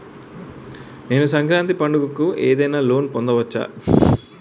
నేను సంక్రాంతి పండగ కు ఏదైనా లోన్ పొందవచ్చా?